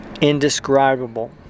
indescribable